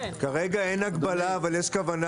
כרגע אין הגבלה, אבל יש כוונה